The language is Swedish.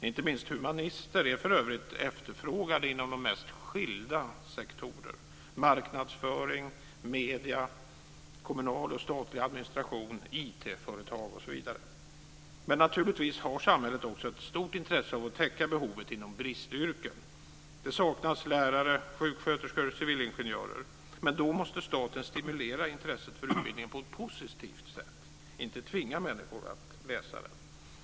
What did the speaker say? Inte minst humanister är för övrigt efterfrågade inom de mest skilda sektorer - marknadsföring, medier, kommunal och statlig administration, IT Naturligtvis har samhället också ett stort intresse av att täcka behovet inom bristyrken. Det saknas lärare, sjuksköterskor, civilingenjörer. Men då måste staten stimulera intresset för utbildningen på ett positivt sätt, inte tvinga människor att läsa den.